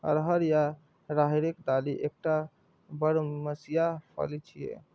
अरहर या राहरिक दालि एकटा बरमसिया फली छियै